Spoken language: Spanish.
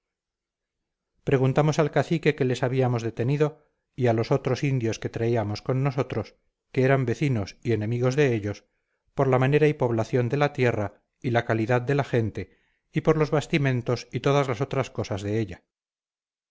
preguntamos al cacique que les habíamos detenido y a los otros indios que traíamos con nosotros que eran vecinos y enemigos de ellos por la manera y población de la tierra y la calidad de la gente y por los bastimentos y todas las otras cosas de ella